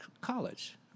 college